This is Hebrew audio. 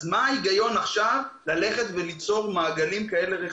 אז לא ברור מה ההיגיון ללכת עכשיו וליצור כאלה מעגלים רחבים,